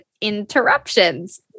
interruptions